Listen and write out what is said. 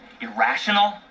irrational